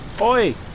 Oi